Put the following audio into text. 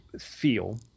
feel